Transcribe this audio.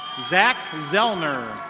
zach zelner.